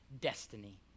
destiny